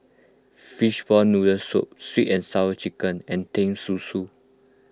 Fishball Noodle Soup Sweet and Sour Chicken and Teh Susu